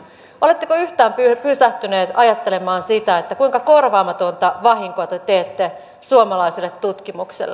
oletteko yhtään pysähtyneet ajattelemaan kuinka korvaamatonta vahinkoa te teette suomalaiselle tutkimukselle